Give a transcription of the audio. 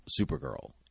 Supergirl